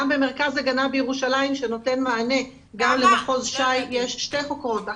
גם במרכז הגנה בירושלים שנותן מענה גם למחוז ש"י יש שתי חוקרות.